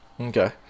Okay